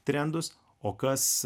trendus o kas